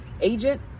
agent